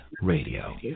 radio